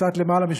קצת יותר משבועיים,